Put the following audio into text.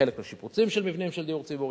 חלק לשיפוצים של מבנים של דיור ציבורי,